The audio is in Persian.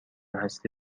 هستی